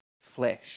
flesh